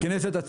הכנסת עצמאית.